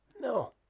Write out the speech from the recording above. No